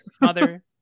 mother